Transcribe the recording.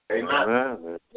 Amen